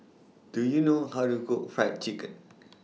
Do YOU know How to Cook Fried Chicken